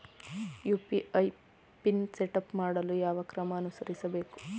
UPI PIN setup ಮಾಡಲು ಯಾವ ಕ್ರಮ ಅನುಸರಿಸಬೇಕು?